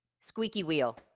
squeaky wheel!